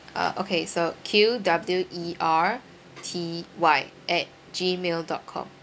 uh okay so Q W E R T Y at gmail dot com